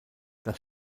das